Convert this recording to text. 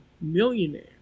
Millionaire